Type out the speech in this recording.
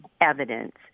evidence